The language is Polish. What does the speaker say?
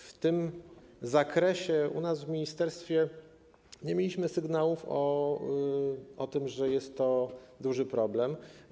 W tym zakresie w ministerstwie nie mieliśmy sygnałów o tym, że jest to duży problem.